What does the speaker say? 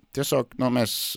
tiesiog nu mes